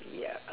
ya